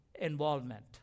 involvement